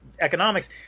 economics